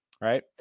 Right